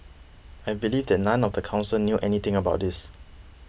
I believe that none of the council knew anything about this